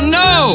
no